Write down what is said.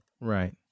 Right